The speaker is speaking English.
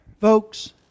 folks